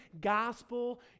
gospel